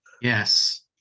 yes